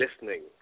listening